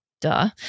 duh